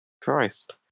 Christ